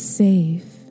safe